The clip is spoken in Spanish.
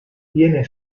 tienen